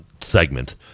segment